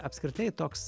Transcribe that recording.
apskritai toks